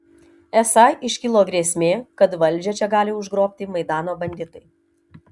esą iškilo grėsmė kad valdžią čia gali užgrobti maidano banditai